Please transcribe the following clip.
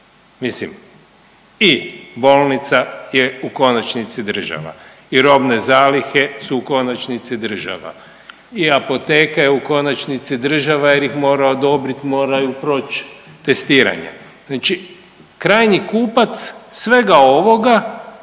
Mislim i bolnica je u konačnici država i robne zalihe su u konačnici država i apoteka je u konačnici država jer ih mora odobriti, moraju proći testiranje. Znači krajnji kupac svega ovoga